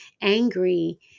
angry